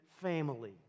family